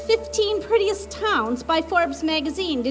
fifteen prettiest towns by forbes magazine